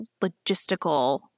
logistical